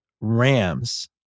Rams